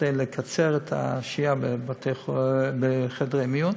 כדי לקצר את השהייה בחדרי מיון,